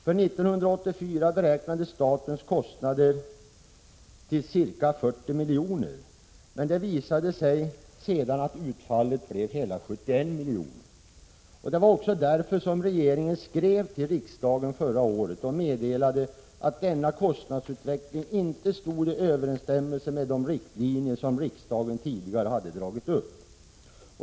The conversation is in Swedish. För 1984 beräknades statens kostnader till ca 40 milj.kr., = AY fn mrs men det visade sig sedan att utfallet blev hela 71 milj.kr. Det var också därför som regeringen förra året skrev till riksdagen och meddelade att denna kostnadsutveckling inte stod i överensstämmelse med de riktlinjer som riksdagen tidigare hade dragit upp.